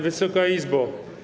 Wysoka Izbo!